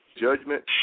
judgment